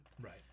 Right